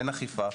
אין אכיפה.